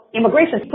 Immigration